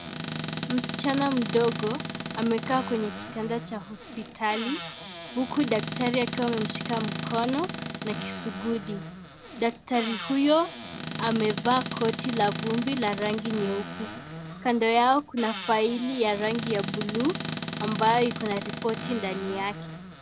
Msichana mdogo amekaa kwenye kitanda cha hospitali , huku daktari akiwa amemshika mkono na kisugudi. Daktari huyo amevaa koti la vumbi la rangi nyeupe. Kando yao kuna faili ya rangi ya buluu ambayo iko na ripoti ndani yake.